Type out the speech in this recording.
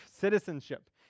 citizenship